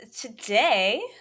today